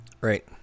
Right